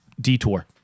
detour